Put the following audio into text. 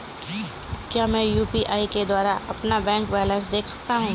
क्या मैं यू.पी.आई के द्वारा अपना बैंक बैलेंस देख सकता हूँ?